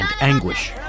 anguish